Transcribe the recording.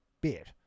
bit